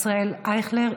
ישראל אייכלר,